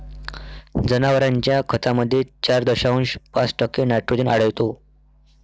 जनावरांच्या खतामध्ये चार दशांश पाच टक्के नायट्रोजन आढळतो